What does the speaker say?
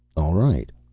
all right.